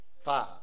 five